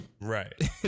Right